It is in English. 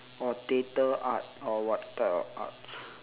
or theatre art or what type of arts